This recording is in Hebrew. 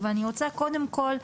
אני רוצה קודם כל,